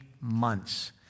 months